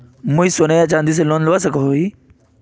मुई सोना या चाँदी से लोन लुबा सकोहो ही?